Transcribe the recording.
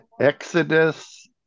Exodus